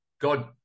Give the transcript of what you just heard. God